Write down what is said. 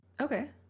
Okay